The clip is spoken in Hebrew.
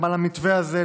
למען המתווה הזה,